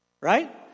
Right